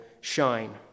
shine